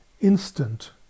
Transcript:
instant